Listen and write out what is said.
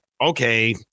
okay